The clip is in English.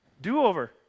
Do-over